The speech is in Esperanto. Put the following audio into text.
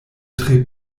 tre